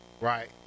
right